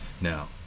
Now